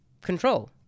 control